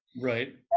Right